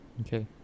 okay